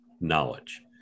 knowledge